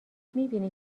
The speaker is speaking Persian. میبینی